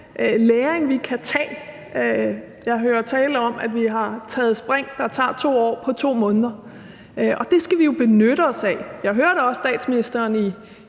læring, vi kan tage. Jeg har hørt tale om, at vi har taget spring, der tager 2 år, på 2 måneder – og det skal vi jo benytte os af. Jeg hørte også statsministeren i